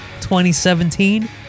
2017